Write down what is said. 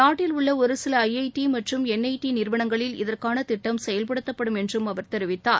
நாட்டில் உள்ள ஒரு சில ஐஐடி மற்றும் என்ஐடி நிறுவனங்களில் இதற்கான திட்டம் செயல்படுத்தப்படும் என்றும் அவர் தெரிவித்தார்